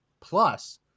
plus